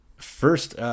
First